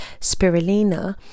spirulina